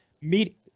meet